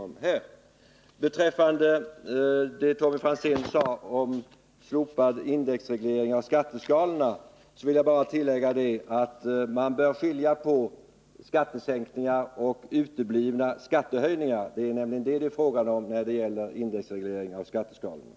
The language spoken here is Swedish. Vad beträffar det som Tommy Franzén sade om slopad indexreglering av skatteskalorna vill jag bara tillägga att man bör skilja på skattesänkningar och uteblivna skattehöjningar. Det är nämligen detta det är fråga om när det gäller indexregleringen av skatteskalorna.